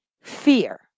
fear